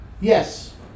Yes